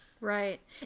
Right